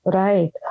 right